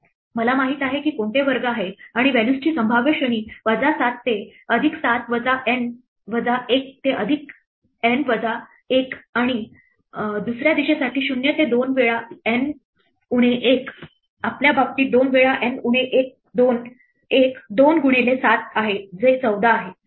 मला माहित आहे की कोणते वर्ग आहेत आणि व्हॅल्यूजची संभाव्य श्रेणी वजा 7 ते अधिक 7 वजा N वजा 1 ते अधिक N वजा आहे 1 आणि दुसऱ्या दिशेसाठी ते 0 ते 2 वेळा N उणे 1 आपल्या बाबतीत दोन वेळा N उणे 1 दोन गुणिले 7 आहे जे 14 आहे